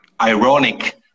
ironic